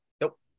Nope